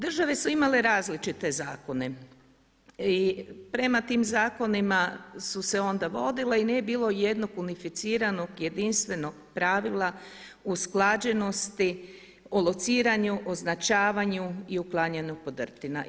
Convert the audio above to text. Države su imale različite zakone i prema tim zakonima su se onda vodile i nije bilo i jednog unificiranog, jedinstvenog pravila usklađenosti o lociranju, označavanju i uklanjanju podrtina.